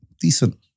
Decent